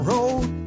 Road